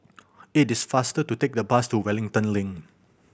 it is faster to take the bus to Wellington Link